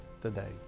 today